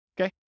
Okay